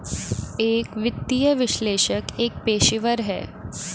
एक वित्तीय विश्लेषक एक पेशेवर है